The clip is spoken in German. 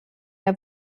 der